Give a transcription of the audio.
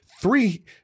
Three